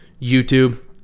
YouTube